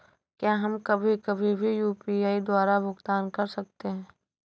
क्या हम कभी कभी भी यू.पी.आई द्वारा भुगतान कर सकते हैं?